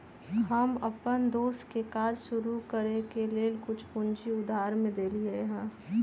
हम अप्पन दोस के काज शुरू करए के लेल कुछ पूजी उधार में देलियइ हन